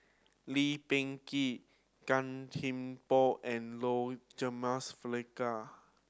Lee Peh Gee Gan Thiam Poh and Low Jimenez Felicia